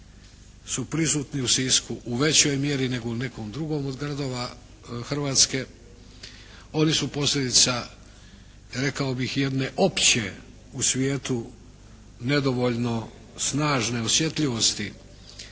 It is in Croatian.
su prisutni u Sisku u većoj mjeri nego u nekom drugom od gradova Hrvatske. Oni su posljedica rekao bih jedne opće u svijetu nedovoljno snažne osjetljivosti